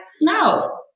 no